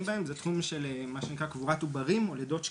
בהם הוא קבורת עוברים (לידות שקטות).